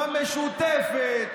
במשותפת,